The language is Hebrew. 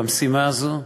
במשימה הזאת,